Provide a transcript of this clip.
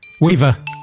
Weaver